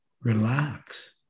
relax